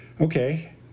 okay